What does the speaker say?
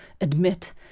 admit